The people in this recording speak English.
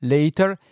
Later